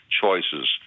choices